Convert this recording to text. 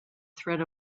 threat